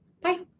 Bye